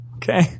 okay